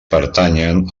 pertanyen